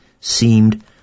seemed